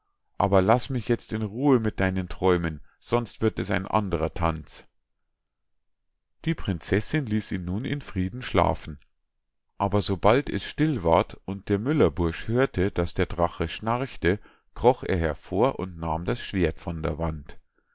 aber laß mich jetzt in ruhe mit deinen träumen sonst wird es ein andrer tanz die prinzessinn ließ ihn nun in frieden schlafen aber sobald es still ward und der müllerbursch hörte daß der drache schnarchte kroch er hervor und nahm das schwert von der wand